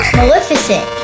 Maleficent